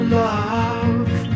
love